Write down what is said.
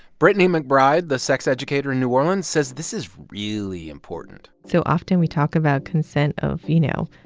brittany mcbride, the sex educator in new orleans, says this is really important so often we talk about consent of, you know,